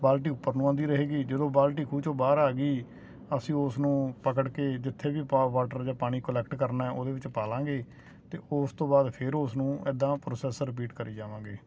ਬਾਲਟੀ ਉੱਪਰ ਨੂੰ ਆਉਂਦੀ ਰਹੇਗੀ ਜਦੋਂ ਬਾਲਟੀ ਖੂਹ 'ਚੋਂ ਬਾਹਰ ਆ ਗਈ ਅਸੀਂ ਉਸ ਨੂੰ ਪਕੜ ਕੇ ਜਿੱਥੇ ਵੀ ਪਾ ਵਾਟਰ ਜਾਂ ਪਾਣੀ ਕੋਲੈਕਟ ਕਰਨਾ ਉਹਦੇ ਵਿੱਚ ਪਾ ਲਵਾਂਗੇ ਅਤੇ ਉਸ ਤੋਂ ਬਾਅਦ ਫਿਰ ਉਸ ਨੂੰ ਇੱਦਾਂ ਪ੍ਰੋਸੈਸ ਰਿਪੀਟ ਕਰੀ ਜਾਵਾਂਗੇ